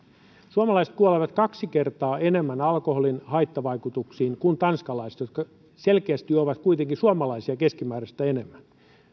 suomalaiset kuolevat kaksi kertaa enemmän alkoholin haittavaikutuksiin kuin tanskalaiset jotka selkeästi juovat kuitenkin keskimäärin suomalaisia enemmän